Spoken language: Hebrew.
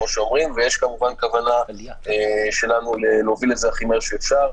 ויש כמובן כוונה שלנו להוביל את זה הכי מהר שאפשר.